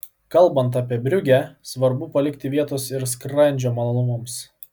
kalbant apie briugę svarbu palikti vietos ir skrandžio malonumams